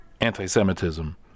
anti-Semitism